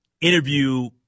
interview